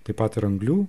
taip pat ir anglių